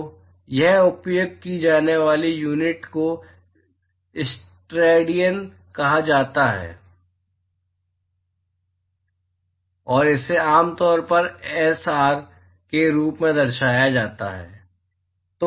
तो यहां उपयोग की जाने वाली यूनिट को स्टेरेडियन कहा जाता है और इसे आम तौर पर एसआर के रूप में दर्शाया जाता है